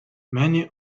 many